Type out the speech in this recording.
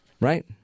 Right